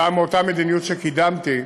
שכתוצאה מאותה מדיניות שקידמתי